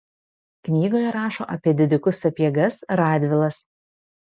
knygoje rašo apie didikus sapiegas radvilas